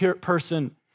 person